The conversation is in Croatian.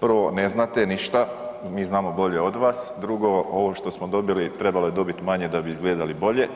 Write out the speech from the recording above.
Prvo ne znate ništa, mi znamo bolje od vas, drugo ovo što smo dobili trebalo je dobiti manje da bi izgledali bolje